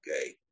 Okay